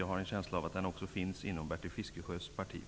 Jag har en känsla av att den förs också inom Bertil